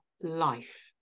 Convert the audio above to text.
life